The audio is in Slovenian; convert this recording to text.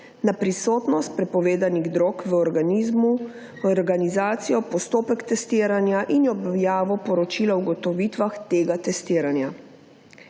na prisotnost prepovedanih drog v organizmu, v organizacijo postopek testiranja in objavo poročila o ugotovitvah tega testiranja.